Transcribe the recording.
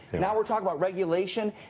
now we are talking about regulation.